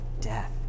death